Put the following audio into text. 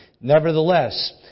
Nevertheless